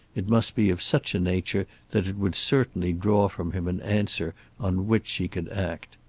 it must be of such a nature that it would certainly draw from him an answer on which she could act.